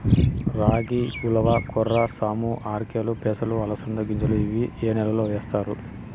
రాగి, ఉలవ, కొర్ర, సామ, ఆర్కెలు, పెసలు, అలసంద గింజలు ఇవి ఏ నెలలో వేస్తారు?